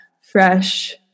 fresh